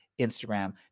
Instagram